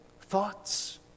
thoughts